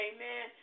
Amen